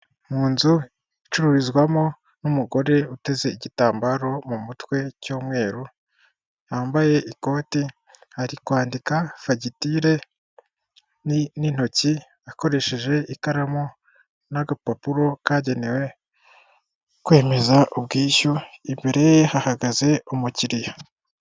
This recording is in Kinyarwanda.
Mu nzu icururizwamo n'umugore uteze igitambaro mu mutwe cy'umweru, wambaye ikoti, ari kwandika fajyitire n'intoki, akoresheje ikaramu n'agapapuro kagenewe kwemeza ubwishyu, imbere ye hahagaze umukiriya.